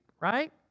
right